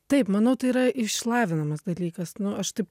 taip manau tai yra išlavinamas dalykas nu aš taip